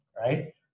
right